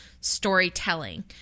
storytelling